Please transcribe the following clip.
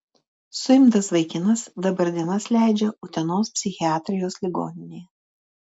suimtas vaikinas dabar dienas leidžia utenos psichiatrijos ligoninėje